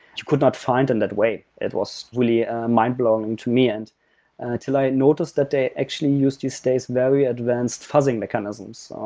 you could not find in that way. it was really mind-blowing to me. and till i noticed that they actually used these days very advanced fuzzing mechanisms.